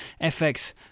FX